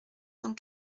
cent